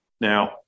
Now